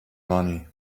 money